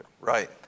Right